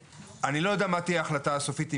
תהיה ההחלטה הסופית,